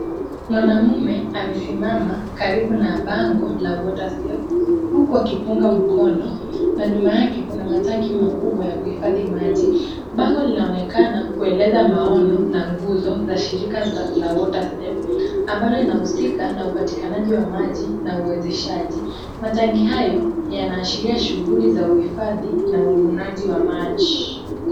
Mwanamume amesimama karibu na bango la water steps ,huku akipunga mkono na nyuma yake kuna matanki makubwa ya kuhifadhi maji. Bango linaonekana kueleza maono na nguzo la shirika la water step ambalo linahusika na upatikanaji wa maji na uwesheshaji. Matangi hayo yanashairia shughuli za uhifadhi na uvunaji wa maji.